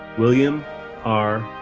william r.